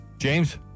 James